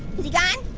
is he gone?